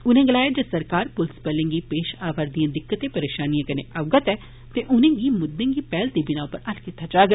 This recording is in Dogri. उनें गलाया जे सरकार पुलस बलें गी पेष आवा रदिएं दिक्कतें पर्रषानिएं कन्नै अवगत ऐ ते उंदे मुद्दें गी पैहल दी बिनाह पर हल्ल कीता जाग